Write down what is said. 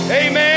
amen